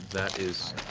that is